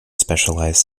specialized